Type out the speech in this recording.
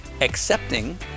accepting